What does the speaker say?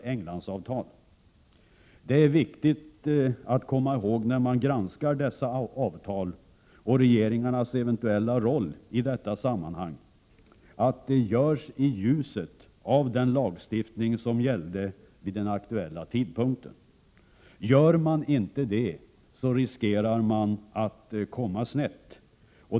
Englandsav 4 R za Granskning av statstal. När man granskar dessa avtal och regeringarnas eventuella roll i detta fä GE 5 pr z : PERRNS rådens tjänsteutövning sammanhang är det viktigt att komma ihåg att granskningen görs i ljuset av AA den lagstiftning som gällde vid den aktuella tidpunkten. Gör man inte det riskerar man att komma snett.